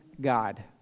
God